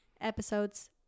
episodes